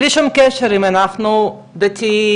בלי שום קשר אם אנחנו דתיים,